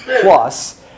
plus